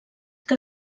que